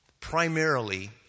primarily